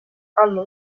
hanno